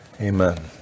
Amen